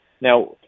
Now